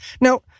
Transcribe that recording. Now